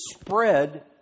spread